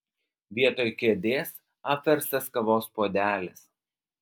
vietoj kėdės apverstas kavos puodelis